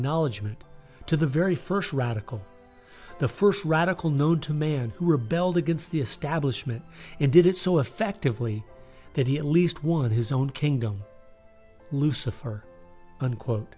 acknowledgment to the very first radical the first radical no to man who rebelled against the establishment and did it so effectively that he at least one his own kingdom lucifer unquote